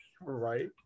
right